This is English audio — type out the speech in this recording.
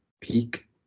peak